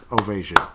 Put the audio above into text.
ovation